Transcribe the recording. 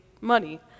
money